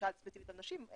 שאלת ספציפית על נשים,